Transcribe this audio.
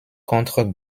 contre